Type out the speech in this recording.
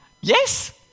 Yes